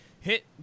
hit